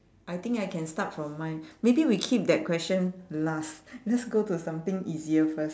I think I can start from mine maybe we keep that question last let's go to something easier first